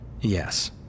Yes